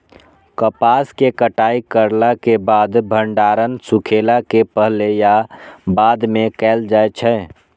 कपास के कटाई करला के बाद भंडारण सुखेला के पहले या बाद में कायल जाय छै?